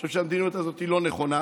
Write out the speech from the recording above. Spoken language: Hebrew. אני חושב שהמדיניות הזו לא נכונה.